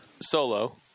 Solo